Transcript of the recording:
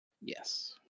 Yes